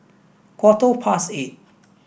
quarter past eight